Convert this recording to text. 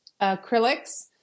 acrylics